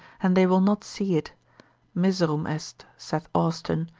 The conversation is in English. and they will not see it miserum est, saith austin,